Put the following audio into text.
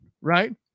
right